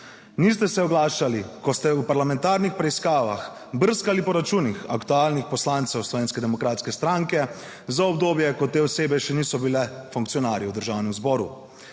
Niste se oglašali, ko ste v parlamentarnih preiskavah brskali po računih aktualnih poslancev Slovenske demokratske stranke za obdobje, ko te osebe še niso bile funkcionarji v Državnem zboru.